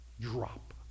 drop